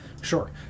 Sure